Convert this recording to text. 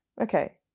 Okay